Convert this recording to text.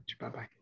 bye-bye